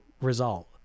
result